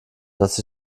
dass